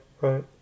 right